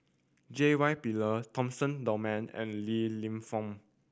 J Y Pillay Dunman and Li Lienfung